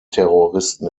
terroristen